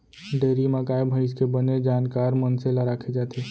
dairy म गाय भईंस के बने जानकार मनसे ल राखे जाथे